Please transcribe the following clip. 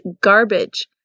garbage